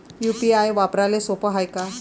UPI वापराले सोप हाय का?